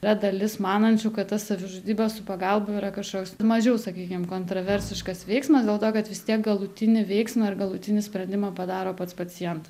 yra dalis manančių kad ta savižudybė su pagalba yra kažkoks mažiau sakykim kontroversiškas veiksmas dėl to kad vis tiek galutinį veiksmą ir galutinį sprendimą padaro pats pacientas